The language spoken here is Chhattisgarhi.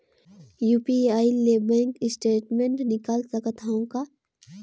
यू.पी.आई ले बैंक स्टेटमेंट निकाल सकत हवं का?